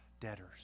debtors